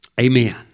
Amen